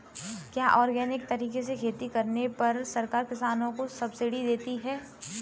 क्या ऑर्गेनिक तरीके से खेती करने पर सरकार किसानों को सब्सिडी देती है?